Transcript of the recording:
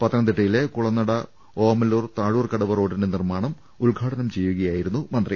പത്ത നം തി ട്ട യിലെ കുള നട ഓമ ല്ലൂർ താഴൂർക്കടവ് റോഡിന്റെ നിർമ്മാണം ഉദ്ഘാടനം ചെയ്യു കയായിരുന്നു മന്ത്രി